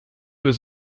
was